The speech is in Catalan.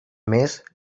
més